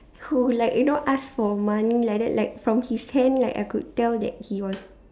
who like you know ask for money like that like from his hand like I could tell that he was